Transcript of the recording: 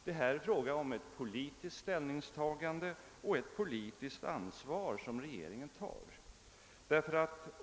Det är här fråga om ett politiskt ställningstagande och ett politiskt ansvar för regeringen.